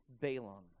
Balaam